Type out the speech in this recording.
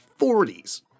40s